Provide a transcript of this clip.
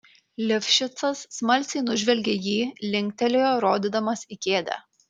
lifšicas smalsiai nužvelgė jį linktelėjo rodydamas į kėdę